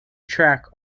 track